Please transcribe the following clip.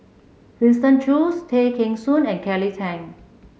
Winston Choos Tay Kheng Soon and Kelly Tang